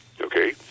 okay